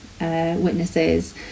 witnesses